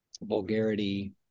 vulgarity